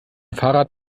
fahrrad